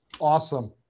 Awesome